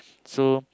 so